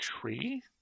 tree